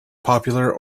popular